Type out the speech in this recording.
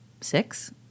six